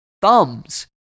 thumbs